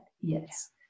Yes